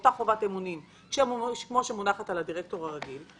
ואותה חובת אמונים כמו שמונחת על הדירקטור הרגיל.